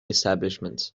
establishments